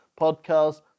podcast